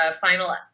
final